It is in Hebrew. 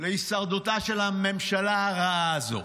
להישרדותה של הממשלה הרעה הזאת.